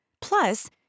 Plus